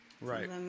Right